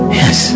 yes